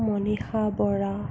Manisha Bora